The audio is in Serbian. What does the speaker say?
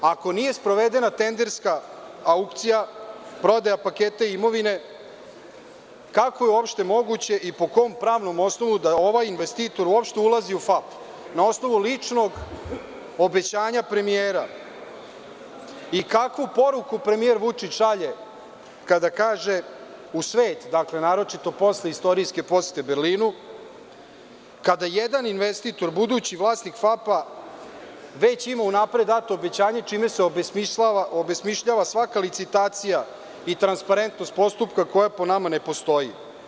Ako nije sprovedena tenderska aukcija, prodaja paketa i imovine, kako je uopšte moguće i po kom pravnom osnovu da ovaj investitor uopšte ulazi u FAP na osnovu ličnog obećanja premijera i kakvu poruku premijer Vučić šalje u svet, naročito posle istorijske posete Berlinu, kada jedan investitor, budući vlasnik FAP-a, već ima unapred dato obećanje, čime se obesmišljava svaka licitacija i transparentnost postupka, koja po nama ne postoji?